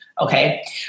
Okay